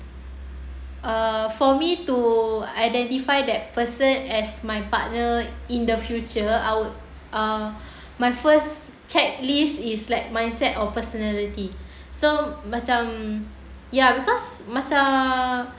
uh for me to identify that person as my partner in the future I would uh my first check list is like mindset or personality so macam ya because macam